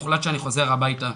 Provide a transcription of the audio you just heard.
הוחלט שאני חוזר הביתה.